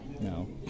No